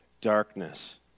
darkness